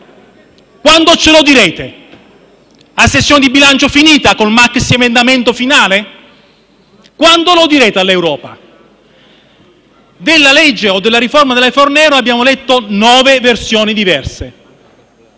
Quando ce lo direte, a sessione di bilancio finita con il maxiemendamento finale? Quando lo direte all'Europa? Della legge o della riforma della Fornero abbiamo letto nove versioni diverse;